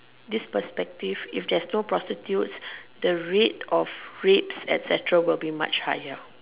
this perspective if there's no prostitutes the rate of rapes etcetera will be much higher